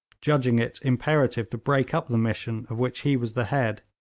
judging it imperative to break up the mission of which he was the head,